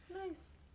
nice